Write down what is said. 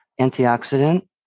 antioxidant